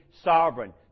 sovereign